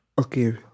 okay